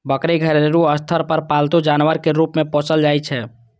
बकरी घरेलू स्तर पर पालतू जानवर के रूप मे पोसल जाइ छै